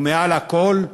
ומעל הכול,